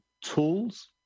tools